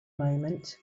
moment